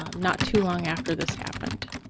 um not too long after this happened,